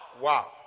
Wow